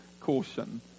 caution